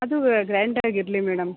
ಅದು ಗ್ರ್ಯಾಂಡಾಗಿರಲಿ ಮೇಡಮ್